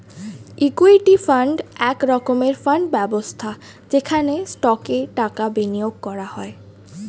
equity fund এক রকমের fund ব্যবস্থা যেখানে স্টকে টাকা বিনিয়োগ করা হয়